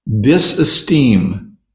disesteem